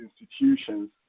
institutions